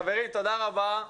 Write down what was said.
חברים, תודה רבה.